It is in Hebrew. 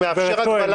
חבר הכנסת סעדי